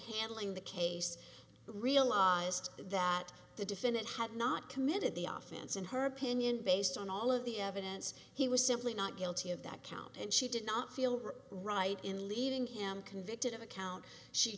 handling the case realized that the defendant had not committed the off chance in her opinion based on all of the evidence he was simply not guilty of that count and she did not feel right in leaving him convicted of a count she